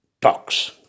talks